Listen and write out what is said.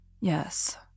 Yes